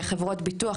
חברות ביטוח,